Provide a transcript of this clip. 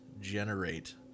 generate